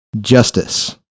justice